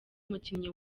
umukinnyi